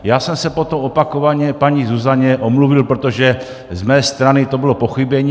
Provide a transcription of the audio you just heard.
Já jsem se potom opakovaně paní Zuzaně omluvil, protože z mé strany to bylo pochybení.